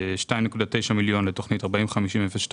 2.9 מיליון שקלים לתוכנית 40-50-02,